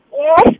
Yes